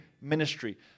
ministry